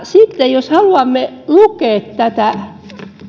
sitten jos haluamme lukea tätä